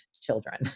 children